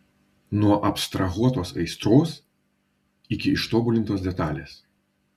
nuo abstrahuotos aistros iki ištobulintos detalės